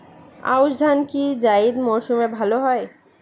আউশ ধান কি জায়িদ মরসুমে ভালো হয়?